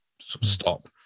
stop